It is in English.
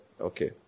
Okay